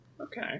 Okay